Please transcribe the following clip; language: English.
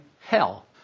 hell